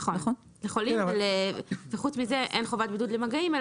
נכון, אבל אין חובת בידוד במגעים.